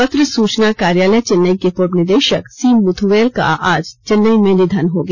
पत्र सूचना कार्यालय चेन्नई के पूर्व निदेशक सी मुथुवैल का आज चेन्नई में निधन हो गया